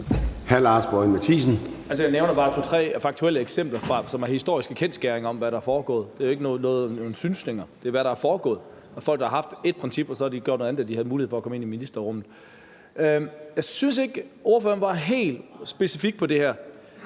Jeg nævner bare to-tre faktuelle eksempler, som er historiske kendsgerninger – eksempler på, hvad der er foregået. Det er jo ikke nogle synsninger; det er, hvad der er foregået. Det er folk, der har haft ét princip, og så har de gjort noget andet, da de fik mulighed for at komme ind i ministerrummet. Jeg synes ikke, ordføreren var helt specifik på det her.